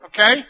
okay